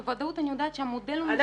בוודאות אני יודעת שהמודל הוא משודרג -- אבל